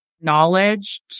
knowledge